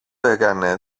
έκανε